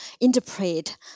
interpret